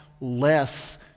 less